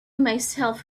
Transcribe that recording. myself